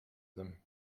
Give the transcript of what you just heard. them